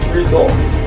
results